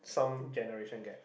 generation gap